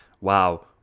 wow